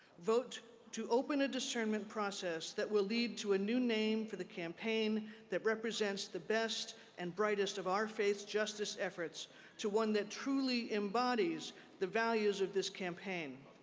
vote to open a discernment process that will lead to a new name for the campaign that represents the best and brightest of our faith faith's justice efforts to one that truly embodies the values of this campaign.